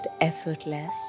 effortless